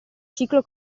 ciclo